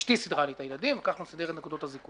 אשתי סידרה לי את הילדים וכחלון סידר את נקודות הזיכוי.